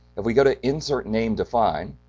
if we go to insert name define